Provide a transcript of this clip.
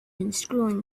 unscrewing